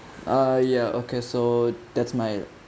ah ya okay so that's my